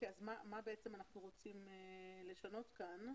מה בעצם אנחנו רוצים לשנות כאן?